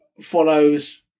follows